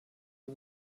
you